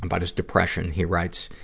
and but his depression, he writes,